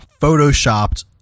photoshopped